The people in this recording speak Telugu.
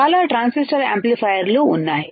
చాలా ట్రాన్సిస్టర్ యాంప్లిఫైయర్లు ఉన్నాయి